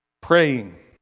praying